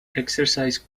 exercise